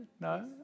No